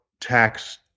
tax